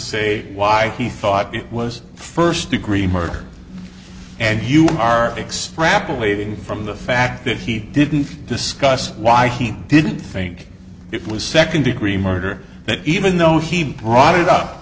say why he thought it was first degree murder and you are six rapidly from the fact that he didn't discuss why he didn't think it was second degree murder that even though he brought it up